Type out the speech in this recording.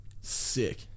Sick